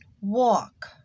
walk